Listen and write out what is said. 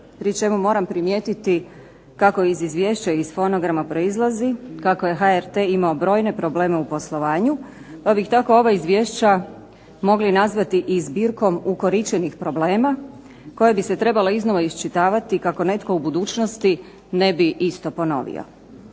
pri čemu moram primijetiti kako iz Izvješća iz fonograma proizlazi kako je HRT imao brojne probleme u poslovanju, pa bi tako ova Izvješća mogli nazvati i zbirkom ukoričenih problema koje bi se trebalo iznova iščitavati kako netko u budućnosti ne bi isto ponovio.